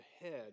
ahead